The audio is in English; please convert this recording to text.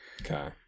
Okay